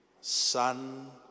Son